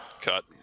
cut